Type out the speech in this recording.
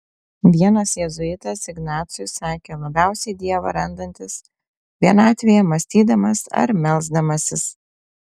vienas jėzuitas ignacui sakė labiausiai dievą randantis vienatvėje mąstydamas ar melsdamasis